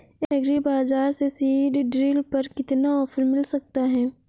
Agree बाजार से seed drill पर कितना ऑफर मिल सकता है?